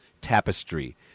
tapestry